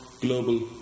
global